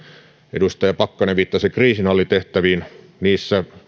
edustaja pakkanen viittasi kriisinhallintatehtäviin niissä